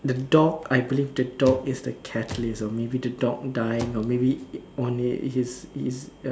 the dog I believe the dog is the catalyst or maybe the dog dying or maybe it on it he's he's